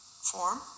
form